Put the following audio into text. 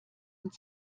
und